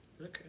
Okay